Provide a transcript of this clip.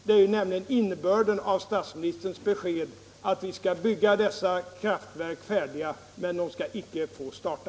Det är nämligen innebörden i statsministerns besked att vi skall bygga dessa kraftverk färdiga men inte låta dem starta.